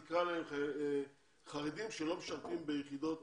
קרא להם חרדים שלא משרתים ביחידות